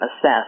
assess